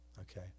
okay